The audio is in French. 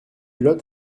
lot